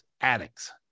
addicts